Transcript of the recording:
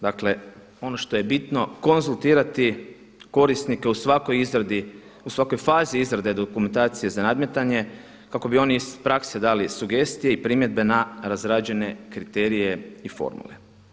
Dakle, ono što je bitno konzultirati korisnike u svakoj izradi, u svakoj fazi izrade dokumentacije za nadmetanje kako bi oni iz prakse dali sugestije i primjedbe na razrađene kriterije i formule.